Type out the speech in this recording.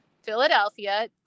Philadelphia